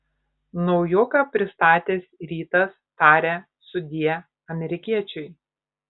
naujoką pristatęs rytas taria sudie amerikiečiui